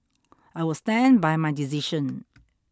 I will stand by my decision